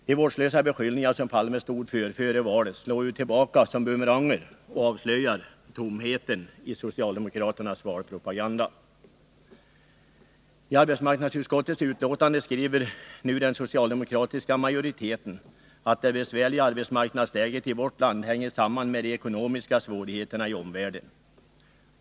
De vårdslösa beskyllningarna som Olof Palme stod för före valet slår ju tillbaka som bumeranger och avslöjar tomheten i socialdemokraternas valpropaganda. I arbetsmarknadsutskottets betänkande skriver nu den socialdemokratis ka majoriteten att det besvärliga arbetsmarknadsläget i vårt land hänger samman med de ekonomiska svårigheterna i omvärlden.